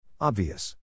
Obvious